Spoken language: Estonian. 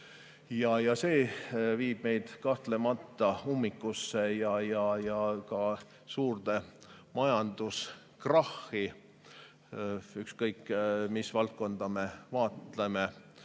See viib meid kahtlemata ummikusse ja ka suurde majanduskrahhi, ükskõik mis valdkonda me vaatame,